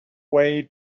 way